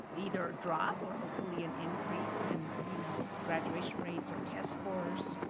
either a drop or hopefully an increase in you know graduation rates or test scores?